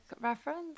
reference